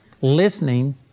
listening